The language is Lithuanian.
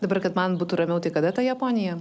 dabar kad man būtų ramiau tai kada ta japonija